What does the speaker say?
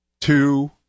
two